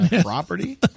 property